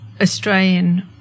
Australian